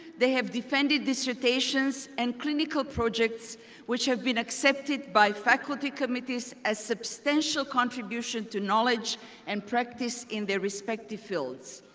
they have defended dissertations and clinical projects which have been accepted by faculty committees as substantial contributions to knowledge and practice in their respective fields.